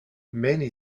many